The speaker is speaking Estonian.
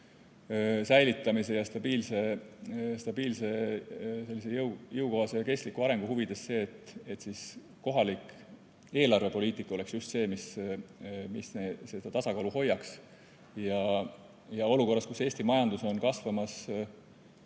säilitamise ja stabiilse, jõukohase ja kestliku arengu huvides, et kohalik eelarvepoliitika oleks just see, mis seda tasakaalu hoiaks. Olukorras, kus Eesti majandus on kasvamas